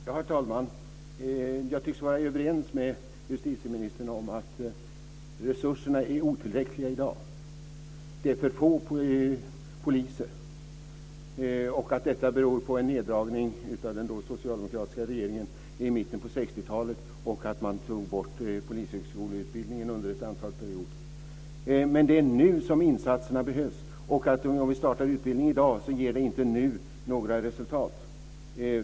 Herr talman! Justitieministern tycks vara överens med mig om att resurserna är otillräckliga i dag, att det är för få poliser och att detta beror på en neddragning av den då socialdemokratiska regeringen på 60 talet och att man tog bort polishögskoleutbildningen under ett antal perioder. Men det är nu som insatserna behövs. Om vi startar utbildning i dag ger det inte några resultat nu.